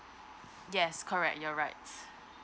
yes correct you're right